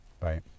right